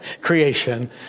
creation